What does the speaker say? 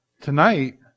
Tonight